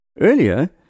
Earlier